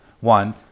one